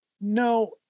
No